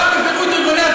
חברת הכנסת זהבה גלאון.